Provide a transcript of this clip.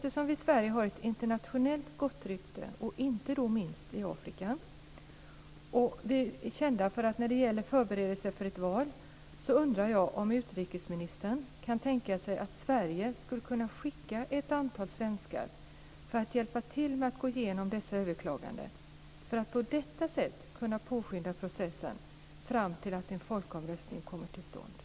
Vi i Sverige har ett internationellt gott rykte, inte minst i Afrika, och är kända när det gäller förberedelser av val. Jag undrar därför om utrikesministern kan tänka sig att Sverige skulle kunna skicka ett antal svenskar för att hjälpa till med att gå igenom dessa överklaganden för att på detta sätt kunna påskynda processen fram till att en folkomröstning kommer till stånd.